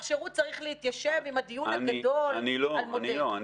השירות צריך להתיישב עם הדיון הגדול על מודל.